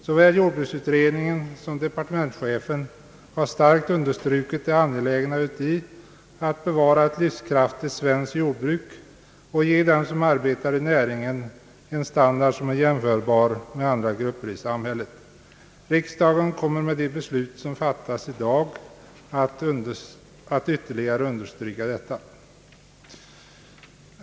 Såväl jordbruksutredningen som departementschefen har starkt understrukit det angelägna i att bevara ett livskraftigt svenskt jordbruk och ge dem som arbetar i näringen en standard som är fullt jämförbar med den standard som andra grupper i samhället har. Riksdagen kommer med de beslut som fattas i dag att ytterligare understryka detta.